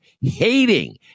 hating